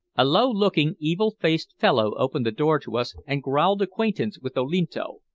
a low-looking, evil-faced fellow opened the door to us and growled acquaintance with olinto,